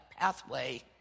pathway